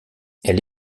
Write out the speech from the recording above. elle